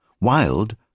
Wild